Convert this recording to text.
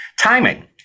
timing